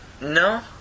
No